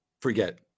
forget